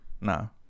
No